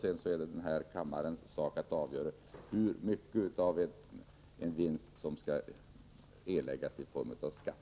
Sedan är det denna kammares sak att avgöra hur mycket av vinsten som skall tas i form av skatt.